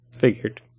Figured